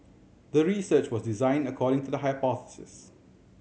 the research was designed according to the hypothesis